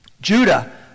Judah